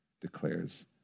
declares